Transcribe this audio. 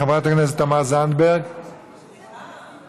חברת הכנסת תמר זנדברג, איננה.